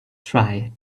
try